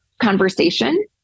conversation